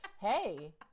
Hey